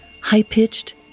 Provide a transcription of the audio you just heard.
high-pitched